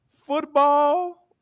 Football